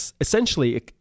essentially